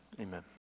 Amen